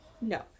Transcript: No